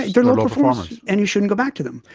they're low performers and you shouldn't go back to them.